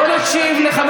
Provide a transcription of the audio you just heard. תודה רבה לך.